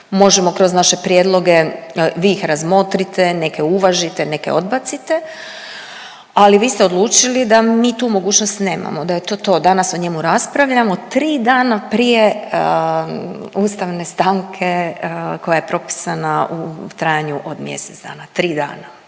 možemo kroz naše prijedloge, vi ih razmotrite, neke uvažite, neke odbacite, ali vi ste odlučili da mi tu mogućnost nemamo, da je to to, danas o njemu raspravljamo, tri dana prije ustavne stanke koja je propisana u trajanju od mjesec dana, 3 dana,